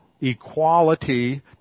equality